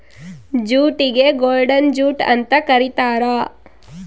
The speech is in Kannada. ಜೂಟಿಗೆ ಗೋಲ್ಡನ್ ಜೂಟ್ ಅಂತ ಕರೀತಾರ